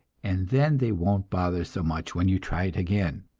and then they won't bother so much when you try it again!